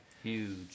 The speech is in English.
Huge